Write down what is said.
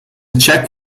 check